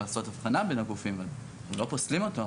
לעשות הבחנה בין הגופים אנחנו לא פוסלים אותו.